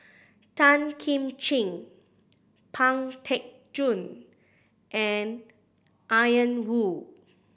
Tan Kim Ching Pang Teck Joon and Ian Woo